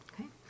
Okay